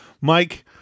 mike